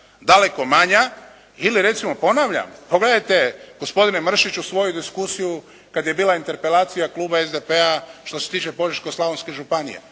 daleko manja, ili recimo ponavljam, pogledajte gospodine Mršiću svoju diskusiju kad je bila interpelacija kluba SDP-a što se tiče Požeško-slavonske županije.